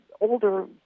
older